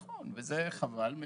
כן, וזה חבל מאוד,